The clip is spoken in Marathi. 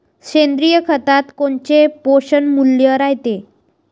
सेंद्रिय खतात कोनचे पोषनमूल्य रायते?